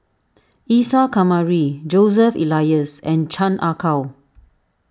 Isa Kamari Joseph Elias and Chan Ah Kow